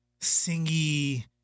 Singy